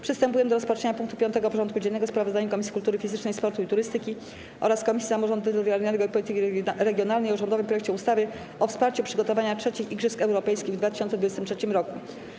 Powracamy do rozpatrzenia punktu 5. porządku dziennego: Sprawozdanie Komisji Kultury Fizycznej, Sportu i Turystyki oraz Komisji Samorządu Terytorialnego i Polityki Regionalnej o rządowym projekcie ustawy o wsparciu przygotowania III Igrzysk Europejskich w 2023 roku.